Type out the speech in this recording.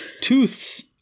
tooths